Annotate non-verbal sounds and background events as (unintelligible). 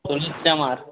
(unintelligible)